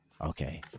okay